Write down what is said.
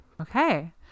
Okay